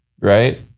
right